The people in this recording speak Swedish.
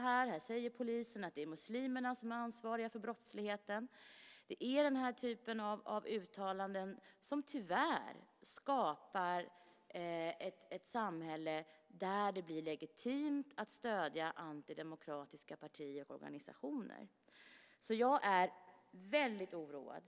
Polisen säger att det är muslimerna som är ansvariga för brottsligheten. Det är den typen av uttalanden som tyvärr skapar ett samhälle där det blir legitimt att stödja antidemokratiska partier och organisationer. Jag är väldigt oroad.